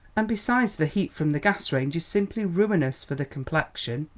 and besides the heat from the gas-range is simply ruinous for the complexion.